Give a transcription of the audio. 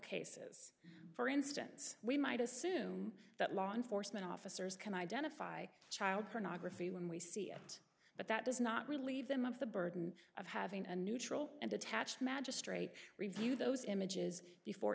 cases for instance we might assume that law enforcement officers can identify child pornography when we see it but that does not relieve them of the burden of having a neutral and detached magistrate review those images before